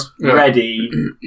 ready